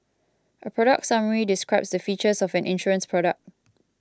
a product summary describes the features of an insurance product